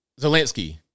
Zelensky